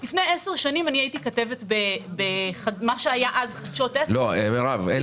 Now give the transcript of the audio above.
לפני עשר שנים הייתי כתבת במה שהיה אז חדשות 10. לא סיפורים.